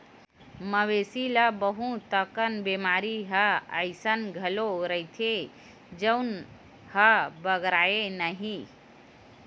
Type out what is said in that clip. मवेशी ल बहुत अकन बेमारी ह अइसन घलो रहिथे जउन ह बगरय नहिं